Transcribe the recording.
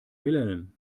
wilhelm